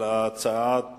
בהצעות האי-אמון,